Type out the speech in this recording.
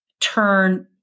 turn